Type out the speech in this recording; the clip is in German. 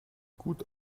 gut